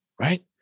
right